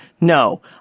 No